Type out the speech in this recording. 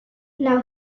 now